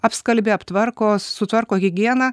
apskalbia aptvarko sutvarko higieną